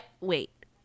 Wait